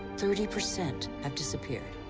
thirty percent have disappeared.